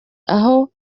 aho